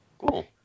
Cool